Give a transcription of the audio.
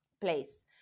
place